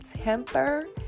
temper